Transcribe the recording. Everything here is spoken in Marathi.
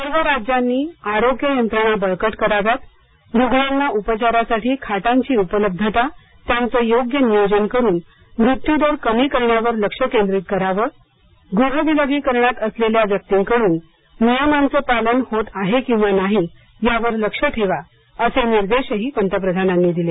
सर्व राज्यांनी आरोग्य यंत्रणा बळकट कराव्यात रुग्णांना उपचारासाठी खाटांची उपलब्धता त्याचं योग्य नियोजन करून मृत्यू दर कमी करण्यावर लक्ष केंद्रित करावं गृह विलगीकरणात असलेल्या व्यक्तींकडून नियमांचं पालन होत आहे किंवा नाही यावर लक्ष ठेवा असे निर्देशही पंतप्रधानांनी दिले